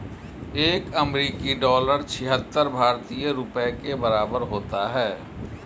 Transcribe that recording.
एक अमेरिकी डॉलर छिहत्तर भारतीय रुपये के बराबर होता है